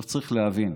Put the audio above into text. צריך להבין: